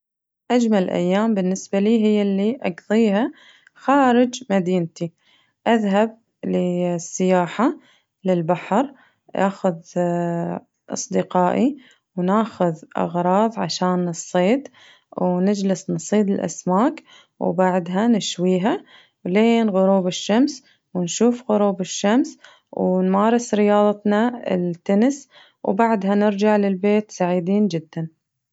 أجمل أيام بالنسبة لي هي اللي أقضيها خارج مدينتي، أذهب للسياحة للبحر آخذ أصدقائي وناخذ أغراض عشان الصيد ونجلس نصيد الأسماك وبعدها نشويها لين غروب الشمس ونشوف غروب الشمس ونمارس رياضتنا التنس وبعدها نرجع للبيت سعيدين جداً.